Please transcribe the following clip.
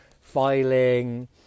filing